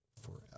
forever